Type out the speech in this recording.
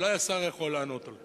אולי השר יכול לענות על כך.